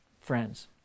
friends